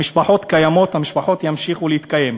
המשפחות קיימות, המשפחות ימשיכו להתקיים,